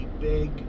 big